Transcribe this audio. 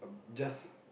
just